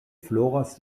floras